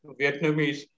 Vietnamese